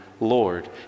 Lord